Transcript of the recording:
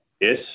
Yes